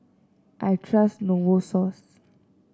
I trust Novosource